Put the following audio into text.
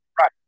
Right